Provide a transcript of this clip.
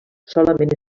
solament